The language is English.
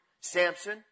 Samson